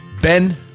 Ben